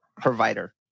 provider